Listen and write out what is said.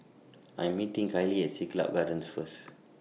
I Am meeting Kaylee At Siglap Gardens First